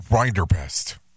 Rinderpest